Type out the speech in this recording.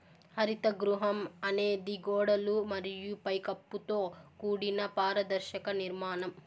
హరిత గృహం అనేది గోడలు మరియు పై కప్పుతో కూడిన పారదర్శక నిర్మాణం